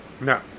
no